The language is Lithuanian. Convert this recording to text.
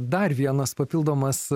dar vienas papildomas